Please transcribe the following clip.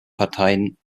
parteien